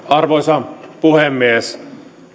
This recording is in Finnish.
arvoisa puhemies